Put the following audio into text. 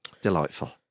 delightful